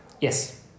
Yes